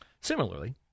Similarly